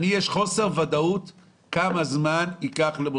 יש לי חוסר ודאות תוך כמה זמן יגיע לביתי